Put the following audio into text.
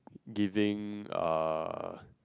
giving uh